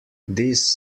this